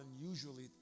unusually